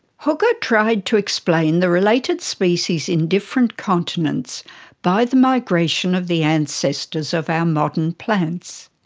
hooker tried to explain the related species in different continents by the migration of the ancestors of our modern plants.